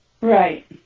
right